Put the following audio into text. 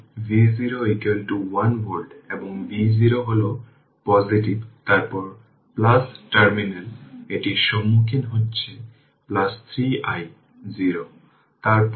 সুতরাং বিভিন্ন ধরণের ট্রান্সডুসার ক্যাপাসিট্যান্স এবং ইন্ডাকট্যান্স এর উপর ভিত্তি করে